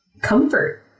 comfort